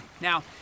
Now